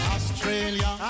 Australia